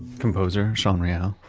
composer sean real.